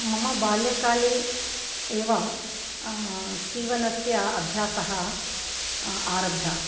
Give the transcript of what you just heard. मम बाल्यकाले एव सीवनस्य अभ्यासः आरब्धा